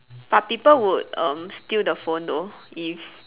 but people would um steal the phone though if